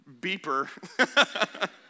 beeper